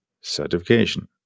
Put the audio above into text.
certification